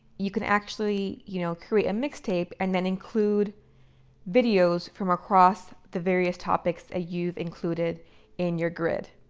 you can actually you know create a and mix tape and then include videos from across the various topics ah you've included in your grid.